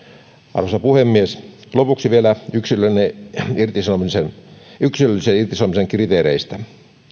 arvoisa puhemies lopuksi vielä yksilöllisen irtisanomisen yksilöllisen irtisanomisen kriteereistä